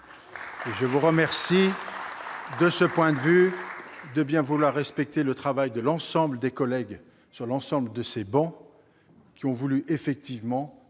Je vous remercie, de ce point de vue, de bien vouloir respecter le travail de l'ensemble des collègues sur l'ensemble de ces travées, qui ont voulu appréhender